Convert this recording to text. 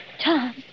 Tom